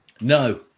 No